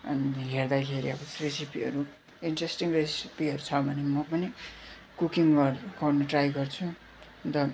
अनि हेर्दाखेरि अब रेसिपीहरू इन्ट्रेस्टिङ रेसिपीहरू छ भने म पनि कुकिङ गर गर्नु ट्राई गर्छु अन्त